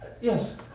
Yes